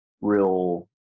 real